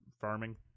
farming